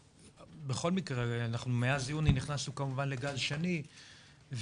ובכל מקרה מאז יוני נכנסנו כמובן לגל שני וכאן